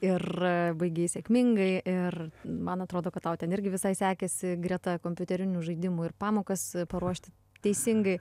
ir baigei sėkmingai ir man atrodo kad tau ten irgi visai sekėsi greta kompiuterinių žaidimų ir pamokas paruošt teisingai